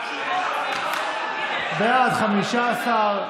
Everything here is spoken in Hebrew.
בעד, 15,